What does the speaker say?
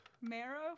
marrow